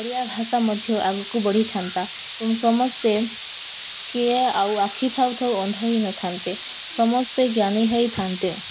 ଓଡ଼ିଆ ଭାଷା ମଧ୍ୟ ଆଗକୁ ବଢ଼ିଥାନ୍ତା ଏବଂ ସମସ୍ତେ କିଏ ଆଉ ଆଖି ଥାଉ ଥାଉ ଅନ୍ଧ ହେଇନଥାନ୍ତେ ସମସ୍ତେ ଜ୍ଞାନୀ ହେଇଥାନ୍ତେ